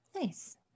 nice